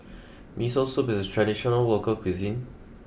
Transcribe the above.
Miso Soup is a traditional local cuisine